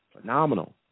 Phenomenal